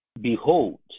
Behold